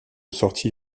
sortie